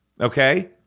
Okay